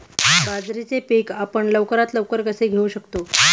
बाजरीचे पीक आपण लवकरात लवकर कसे घेऊ शकतो?